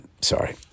Sorry